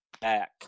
back